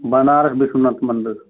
बनारस विश्वनाथ मंदिर